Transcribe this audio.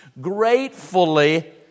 gratefully